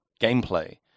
gameplay